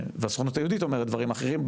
והסוכנות היהודית אומרת דברים אחרים,